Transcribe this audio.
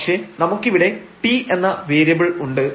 പക്ഷേ നമുക്കിവിടെ t എന്ന വേരിയബിൾ ഉണ്ട്